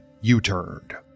U-turned